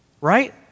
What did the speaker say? right